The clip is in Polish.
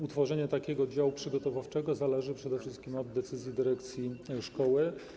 Utworzenie takiego oddziału przygotowawczego zależy przede wszystkim od decyzji dyrekcji szkoły.